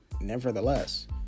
nevertheless